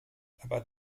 aber